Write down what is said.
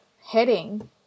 heading